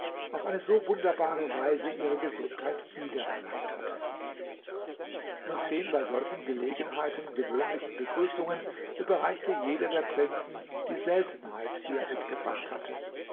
auf eine so wunderbare weise ihre gesundheit wieder erlangt habe nach den bei solchen gelegenheiten gewöhnlichen begrüßungen überreichte jeder der prinzen die seltenheit die er mitgebracht hatte